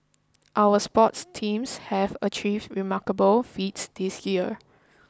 our sports teams have achieved remarkable feats this year